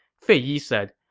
fei yi said,